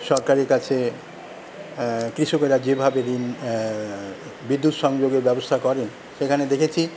সরকারের কাছে কৃষকেরা যেভাবে ঋণ বিদ্যুৎ সংযোগের ব্যবস্থা করেন সেখানে দেখেছি